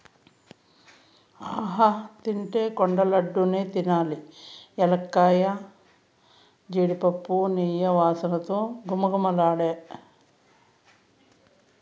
ఆహా తింటే కొండ లడ్డూ నే తినాలి ఎలక్కాయ, జీడిపప్పు, నెయ్యి వాసనతో ఘుమఘుమలాడే